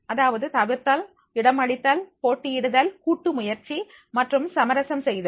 அதாவது தவிர்த்தல் இடம் அளித்தல் போட்டி இடுதல் கூட்டு முயற்சி மற்றும் சமரசம்செய்தல்